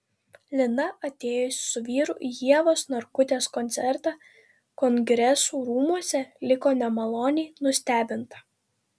lina atėjusi su vyru į ievos narkutės koncertą kongresų rūmuose liko nemaloniai nustebinta